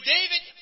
David